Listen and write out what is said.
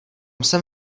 jsem